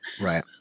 Right